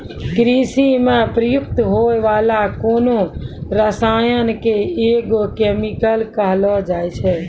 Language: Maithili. कृषि म प्रयुक्त होय वाला कोनो रसायन क एग्रो केमिकल कहलो जाय छै